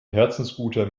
herzensguter